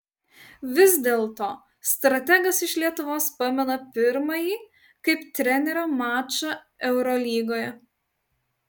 vis dėlto strategas iš lietuvos pamena pirmąjį kaip trenerio mačą eurolygoje